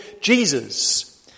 Jesus